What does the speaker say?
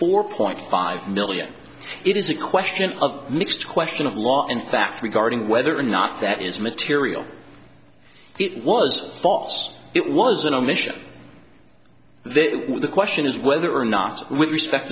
four point five million it is a question of mixed question of law in fact regarding whether or not that is material it was false it was an omission the question is whether or not with respect